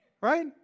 right